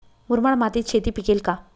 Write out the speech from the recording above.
मुरमाड मातीत शेती पिकेल का?